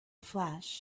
flash